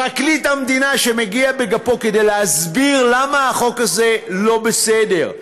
פרקליט המדינה מגיע בגפו כדי להסביר למה החוק הזה לא בסדר,